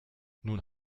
nun